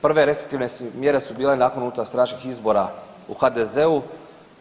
Prve restriktivne mjere su bile nakon unutarstranačkih izbora u HDZ-u.